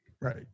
right